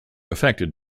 affected